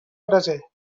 braser